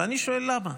אני שואל: למה?